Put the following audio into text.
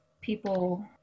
people